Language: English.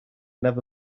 never